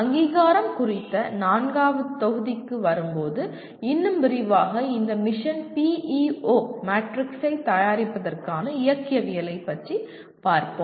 அங்கீகாரம் குறித்த நான்காவது தொகுதிக்கு வரும்போது இன்னும் விரிவாக இந்த மிஷன் பிஇஓ மேட்ரிக்ஸைத் தயாரிப்பதற்கான இயக்கவியலை பற்றி பார்ப்போம்